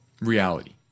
reality